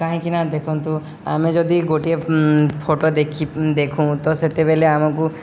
କାହିଁକିନା ଦେଖନ୍ତୁ ଆମେ ଯଦି ଗୋଟିଏ ଫଟୋ ଦେଖି ଦେଖୁ ତ ସେତେବେଳେ ଆମକୁ